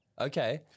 Okay